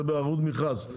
זה בערבות מכרז.